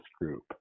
group